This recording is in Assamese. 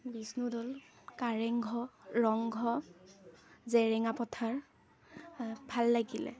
বিষ্ণুদৌল কাৰেংঘৰ ৰংঘৰ জেৰেঙা পথাৰ আ ভাল লাগিলে